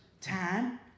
time